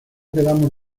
quedamos